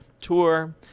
tour